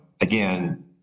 again